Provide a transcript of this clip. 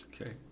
Okay